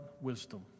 wisdom